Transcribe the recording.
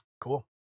cool